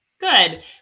Good